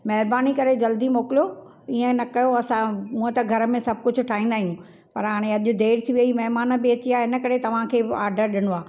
महिरबानी करे जल्दी मोकिलियो ईअं न कयो असां हूंअं त घर में सभु कुझु ठाहींदा आहियूं पर हाणे अॼु देरि थी वई महिमान बि अची विया इन करे तव्हांखे आडर ॾिनो आहे